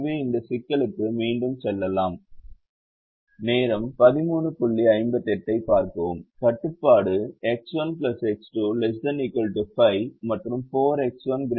எனவே இந்த சிக்கலுக்கு மீண்டும் செல்லலாம் கட்டுப்பாடு X1 X2 ≤ 5 மற்றும் 4X1 ≥ 24 ஆகும்